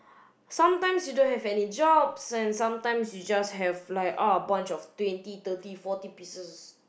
sometimes you don't have any jobs and sometimes you just have like uh a bunch of twenty thirty forty pieces